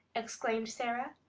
exclaimed sara.